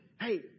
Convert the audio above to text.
hey